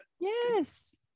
yes